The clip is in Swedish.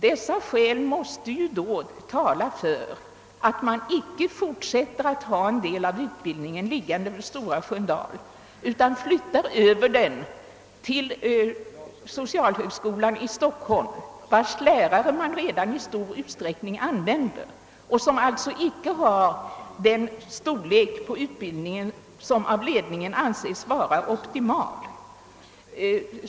Dessa skäl måste tala för att man inte fortsätter att ha en del av socionomutbildningen i Stora Sköndal, utan att den flyttas över till socialhögskolan i Stockholm, vars lärare redan i stor utsträckning används för uppgiften och som inte utnyttjar sin optimala utbildningsvolym.